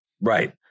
Right